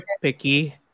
picky